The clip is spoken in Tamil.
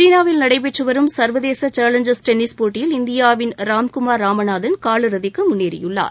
சீனாவில் நடைபெற்றுவரும் சர்வதேச சேலஞ்சர்ஸ் டென்னிஸ் போட்டியில் இந்தியாவின் ராம்குமார் ராமநாதன் காலிறுதிக்கு முன்னேறி உள்ளார்